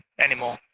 anymore